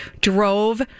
drove